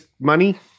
money